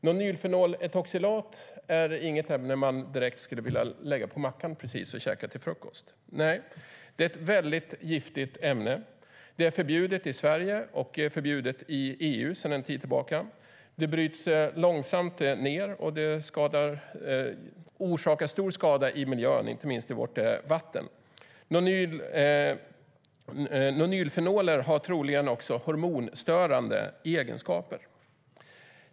Nonylfenoletoxilat är inte ett ämne som man direkt skulle vilja lägga på mackan och käka till frukost. Nej, det är ett väldigt giftigt ämne. Det är förbjudet i Sverige, och det är sedan en tid tillbaka förbjudet i EU. Det bryts långsamt ned och orsakar stor skada i miljön, inte minst i vårt vatten. Nonylfenol har troligen också hormonstörande egenskaper.